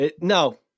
No